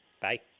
Bye